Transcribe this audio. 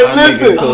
listen